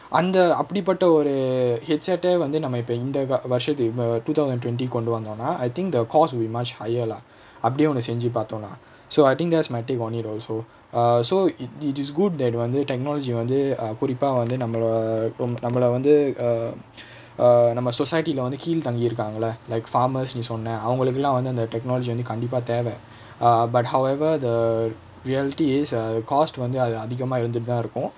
அந்த அப்டிபட்ட ஒரு:antha apdipatta oru headset ah வந்து நம்ம இப்ப இந்த:vanthu namma ippa intha ka~ வருஷத்துக்கு இப்ப:varushathukku ippa two thousand twenty கு கொண்டு வந்தோனா:ku kondu vanthonaa I think the cost will be much higher lah அப்டி ஒன்னு செஞ்சி பாத்துருவோ:apdi onnu senji paathuruvo lah so I think that's my take on it also uh so it is good that வந்து:vanthu technology வந்து:vanthu uh குறிப்பா வந்து நம்மலா:kurippaa vanthu nammalaa err romb~ நம்மல வந்து:nammala vanthu err err நம்ம:namma society leh வந்து கீழ் தங்கி இருக்காங்க:vanthu keel thangi irukkaanga lah like farmers நீ சொன்ன அவங்களுகளா வந்து அந்த:nee sonna avangalukalaa vanthu antha technology வந்து கண்டிப்பா தேவ:vanthu kandippaa theva err but however the reality is ah cost வந்து அது அதிகமா இருந்துட்டுதா இருக்கு:vanthu athu athigamaa irunthututhaa irukku